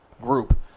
group